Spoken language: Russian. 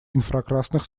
инфракрасных